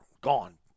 Gone